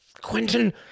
Quentin